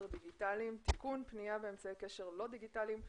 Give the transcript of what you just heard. דיגיטליים (תיקון פנייה באמצעי קשר לא דיגיטליים),